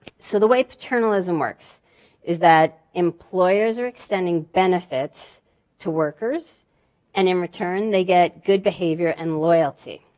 so the way paternalism works is that employers are extending benefits to workers and in return they get good behavior and loyalty.